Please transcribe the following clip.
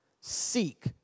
seek